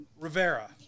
Rivera